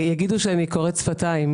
יגידו שאני קוראת שפתיים.